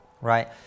right